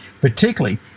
particularly